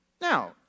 Now